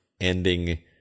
ending